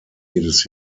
jedes